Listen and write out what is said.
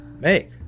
make